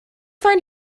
going